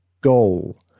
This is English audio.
goal